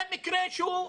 זה מקרה שהוא חריג.